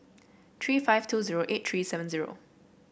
three five two zero eight three seven zero